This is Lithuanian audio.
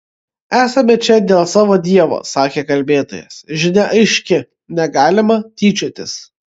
esame čia dėl savo dievo sakė kalbėtojas žinia aiški negalima tyčiotis